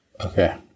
Okay